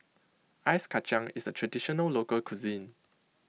Ice Kachang is a Traditional Local Cuisine